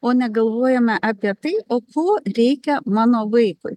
o negalvojame apie tai o ko reikia mano vaikui